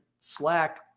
slack